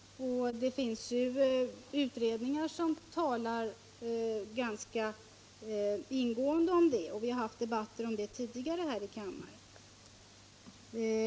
Det finns ju utredningar som talar ganska ingående om detta, och vi har haft debatter om det tidigare här i kammaren.